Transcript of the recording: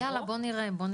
יאללה, בואו נראה.